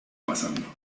pasando